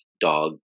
dog